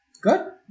good